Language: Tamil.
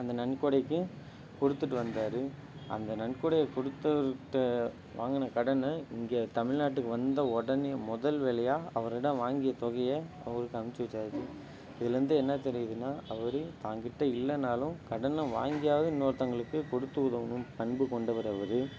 அந்த நன்கொடைக்கும் கொடுத்துட்டு வந்தார் அந்த நன்கொடைய கொடுத்தவர்ட்ட வாங்கின கடனை இங்கே தமிழ்நாட்டுக்கு வந்த உடனே முதல் வேலையாக அவரிடம் வாங்கிய தொகையை அவருக்கு அமுச்சி வச்சார் இதுலேர்ந்து என்ன தெரியுதுன்னா அவரே தான் கிட்ட இல்லைன்னாலும் கடனை வாங்கியாவதும் இன்னொருத்தவங்களுக்கு கொடுத்து உதவணுன்னு பண்புக் கொண்டவர் அவரு